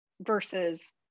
Versus